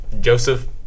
Joseph